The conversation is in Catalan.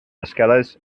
escales